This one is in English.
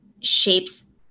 shapes